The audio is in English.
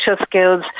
skills